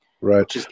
Right